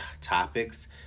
topics